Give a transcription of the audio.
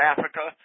Africa